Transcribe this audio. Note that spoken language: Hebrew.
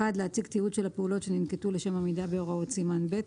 להציג תיעוד של הפעולות שננקטו לשם עמידה בהוראות סימן ב'